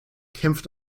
kämpft